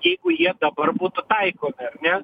jeigu jie dabar būtų taikomi ar ne